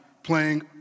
playing